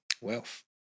wealth